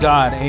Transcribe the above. God